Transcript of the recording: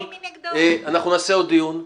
אנחנו נעשה עוד דיון,